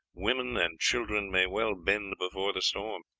women and children may well bend before the storm.